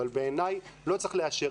אבל בעיניי לא צריך לאשר.